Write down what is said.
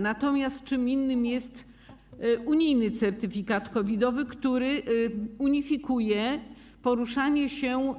Natomiast czym innym jest unijny certyfikat COVID-owy, który ułatwia poruszanie się